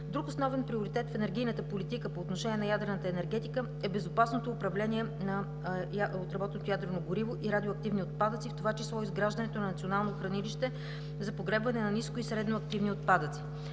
Друг основен приоритет в енергийната политика по отношение на ядрената енергетика е безопасното управление на отработеното ядрено гориво и радиоактивни отпадъци, в това число изграждането на национално хранилище за погребване на ниско и средно активни отпадъци..